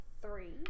three